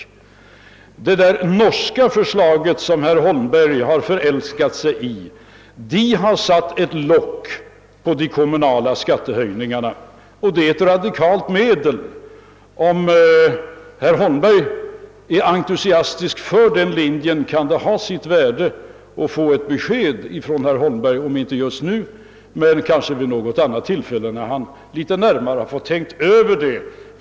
Enligt det norska förslag som herr Holmberg har förälskat sig i har man satt ett lock för de kommunala skattehöjningarna, och det är ett radikalt medel. Om herr Holmberg är entusias tisk för den linjen kan det ha sitt värde att få ett besked på den punkten av herr Holmberg, om inte just nu så kanske vid något annat tillfälle, när han tänkt över det litet närmare.